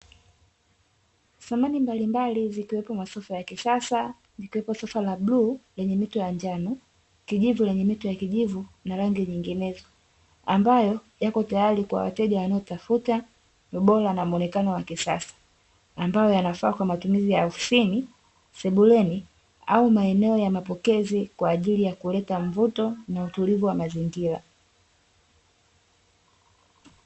Samani mbalimbali zikiwepo masofa ya kisasa ya bluu lenye mito ya njano, kijivu yenye mito ya kijivu na rangi nyinginezo, ambayo yako tayari kwa wateja wanaotafuta ubora na muonekano wa kisasa, ambayo yanafaa kwa matumizi ya ofisini sebuleni au maeneo ya mapokezi kwa ajili ya kuleta mvuto na utulivu wa mazingira.